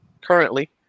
currently